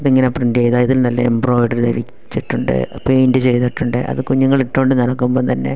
ഇതിങ്ങനെ പ്രിൻറ്റ് ചെയ്ത അതിൽ നല്ല എംബ്രോയ്ഡറി വെച്ചിട്ടുണ്ട് പെയിൻറ്റ് ചെയ്തിട്ടുണ്ട് അത് കുഞ്ഞുങ്ങളിട്ടു കൊണ്ടു നടക്കുമ്പം തന്നെ